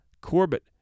Corbett